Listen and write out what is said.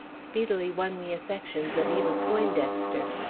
speedily won the affections of eva poindexter,